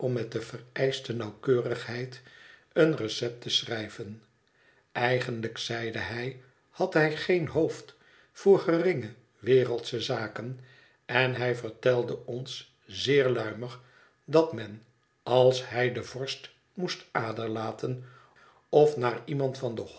met de vereischte nauwkeurigheid een recept te schrijven eigenlijk zeide hij had hij geen hoofd voor geringe wereldsche zaken en hij vertelde ons zeer luimig dat men als hij den vorst moest aderlaten of naar iemand van de